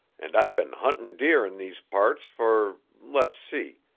and i've been hunting deer in these parts for, let's see,